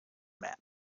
map